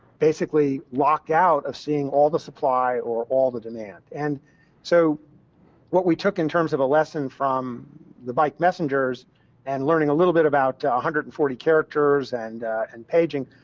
basically, lock out of seeing all the supplies or all the demand. and so what we took in terms of a lesson from the bike messengers and learning a little bit about one hundred and forty characters and and paging,